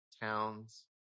towns